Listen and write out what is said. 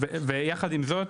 יחד עם זאת,